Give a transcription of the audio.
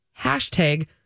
Hashtag